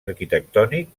arquitectònic